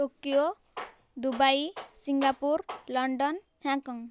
Tokyo Dubai Singapore London Hong Kong